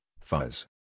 fuzz